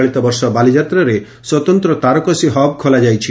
ଚଳିତବର୍ଷ ବାଲିଯାତ୍ରାରେ ସ୍ୱତନ୍ତ ତାରକସୀ ହବ୍ ଖୋଲାଯାଇଛି